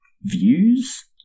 views